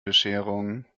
bescherung